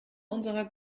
unserer